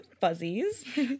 fuzzies